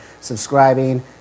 subscribing